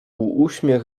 uśmiech